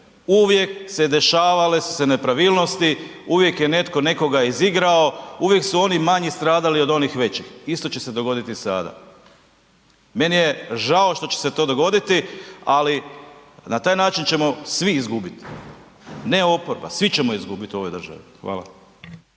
Uvijek se dešavale su se nepravilnosti, uvijek je netko nekoga izigrao, uvijek su oni manji stradali od onih većih. Isto će se dogoditi i sada. Meni je žao što će se to dogoditi, ali na taj način ćemo svi izgubiti. Ne oporba, svi ćemo izgubiti u ovoj državi. Hvala.